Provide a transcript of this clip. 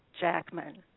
Jackman